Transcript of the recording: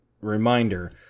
reminder